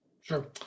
Sure